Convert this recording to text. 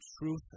truth